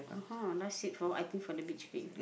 ha ha last seat for I think for the beach queen